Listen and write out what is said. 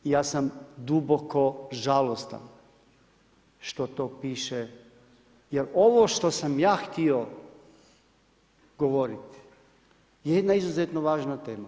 Ja sam duboko žalostan što to piše jer ovo što sam ja htio govoriti je jedna izuzetno važna tema.